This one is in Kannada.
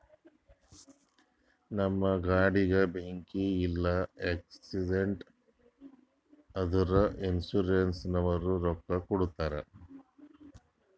ನಮ್ ಗಾಡಿಗ ಬೆಂಕಿ ಇಲ್ಲ ಆಕ್ಸಿಡೆಂಟ್ ಆದುರ ಇನ್ಸೂರೆನ್ಸನವ್ರು ರೊಕ್ಕಾ ಕೊಡ್ತಾರ್